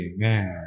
Amen